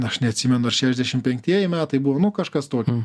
aš neatsimenu ar šešiasdešim penktieji metai buvo nu kažkas tokio